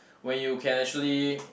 when you can actually